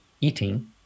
eating